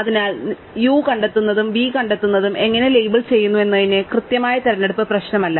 അതിനാൽ ഞങ്ങൾ u കണ്ടെത്തുന്നതും v കണ്ടെത്തുന്നതും എങ്ങനെ ലേബൽ ചെയ്യുന്നു എന്നതിന്റെ കൃത്യമായ തിരഞ്ഞെടുപ്പ് പ്രശ്നമല്ല